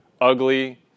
ugly